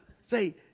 Say